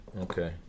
Okay